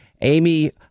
Amy